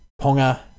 Ponga